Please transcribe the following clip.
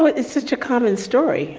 but it's such a common story